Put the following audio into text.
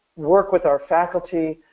work with our faculty,